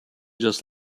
just